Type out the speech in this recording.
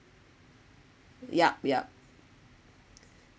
yup yup